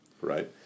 right